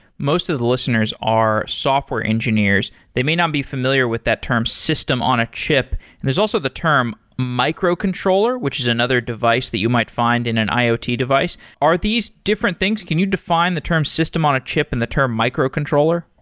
most of the listeners are software engineers. they may not be familiar with that term system on a chip, and there's also the term microcontroller, which is another device that you might find in an iot device. are these different things? can you define the term system on a chip and the term microcontroller?